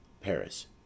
Paris